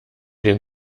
den